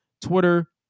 Twitter